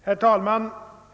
Herr talman!